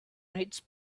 its